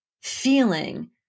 feeling